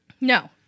No